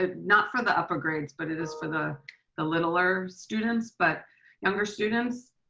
ah not for the upper grades, but it is for the the littler students, but younger students.